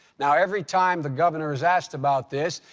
now, every time the governor is asked about this,